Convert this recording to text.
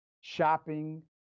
shopping